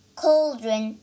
cauldron